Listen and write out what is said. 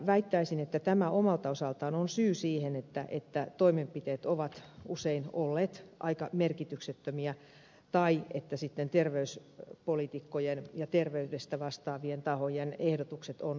väittäisin että tämä omalta osaltaan on syy siihen että toimenpiteet ovat usein olleet aika merkityksettömiä tai että sitten terveyspoliitikkojen ja terveydestä vastaavien tahojen ehdotukset on tyrmätty